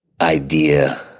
idea